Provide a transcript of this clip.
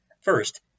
First